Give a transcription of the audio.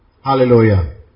Hallelujah